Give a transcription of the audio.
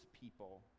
people